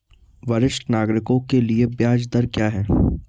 वरिष्ठ नागरिकों के लिए ब्याज दर क्या हैं?